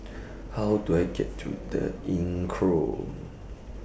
How Do I get to The Inncrowd